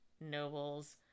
nobles